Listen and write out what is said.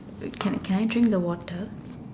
like can can I drink the water